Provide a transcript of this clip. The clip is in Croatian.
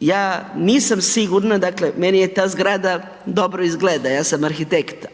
ja nisam sigurna, dakle meni je ta zgrada dobro izgleda, ja sam arhitekt,